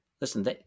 Listen